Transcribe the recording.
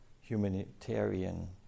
humanitarian